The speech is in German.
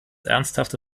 ernsthafte